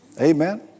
Amen